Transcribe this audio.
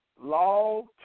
law